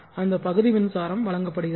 அந்த பகுதி மின்சாரம் வழங்கப்படுகிறது